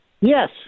Yes